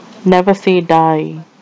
never say die